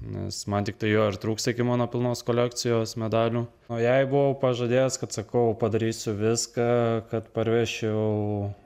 nes man tiktai jo ir trūksta iki mano pilnos kolekcijos medalių o jai buvau pažadėjęs kad sakau padarysiu viską kad parvežčiau